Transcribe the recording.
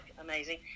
amazing